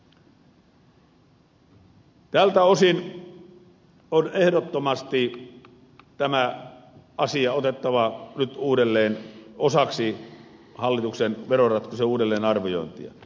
tältä osin on ehdottomasti tämä asia otettava nyt uudelleen osaksi hallituksen veroratkaisujen uudelleenarviointia